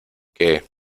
que